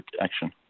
action